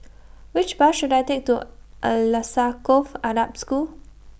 Which Bus should I Take to Alsagoff Arab School